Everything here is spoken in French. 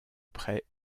près